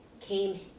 came